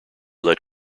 let